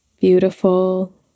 beautiful